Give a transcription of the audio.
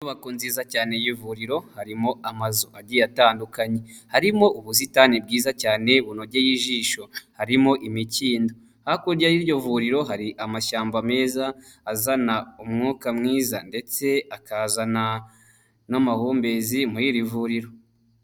Inyubako nziza cyane y'ivuriro harimo amazu agiye atandukanye, harimo ubusitani bwiza cyane bunogeye ijisho, harimo imikindo, hakurya y'iryo vuriro hari amashyamba meza azana umwuka mwiza ndetse akazana n'amahumbezi muri iri vuriro.